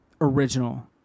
original